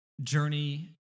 journey